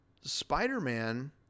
Spider-Man